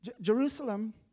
Jerusalem